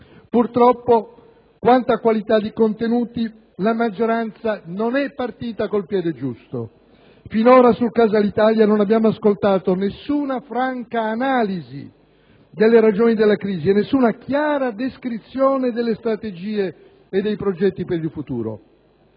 Purtroppo, quanto a qualità di contenuti la maggioranza non è partita con il piede giusto. Finora, sul caso Alitalia non abbiamo ascoltato alcuna franca analisi delle ragioni della crisi e alcuna chiara descrizione delle strategie e dei progetti per il futuro.